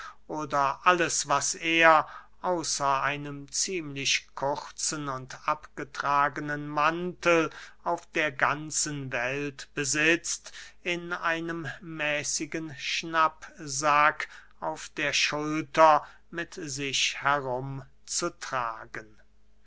oder alles was er außer einem ziemlich kurzen und abgetragenen mantel auf der ganzen welt besitzt in einem mäßigen schnappsack auf der schulter mit sich herum zu tragen